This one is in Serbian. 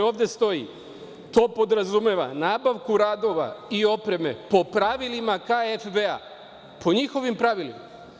Ovde stoji, to podrazumeva – nabavku radova i opreme po pravilima „KfW“, po njihovim pravilima.